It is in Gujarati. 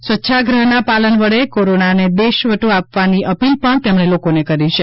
સ્વચ્છાગ્રહના પાલન વડે કોરોનાને દેશવટો આપવાની અપીલ પણ તેમણે લોકોને કરી છે